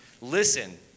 Listen